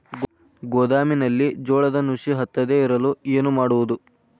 ಗೋದಾಮಿನಲ್ಲಿ ಗೋಂಜಾಳ ನುಸಿ ಹತ್ತದೇ ಇರಲು ಏನು ಮಾಡುವುದು?